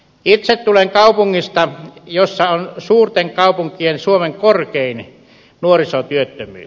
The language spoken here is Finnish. itse tulen kaupungista jossa on suurten kaupunkien suomen korkein nuorisotyöttömyys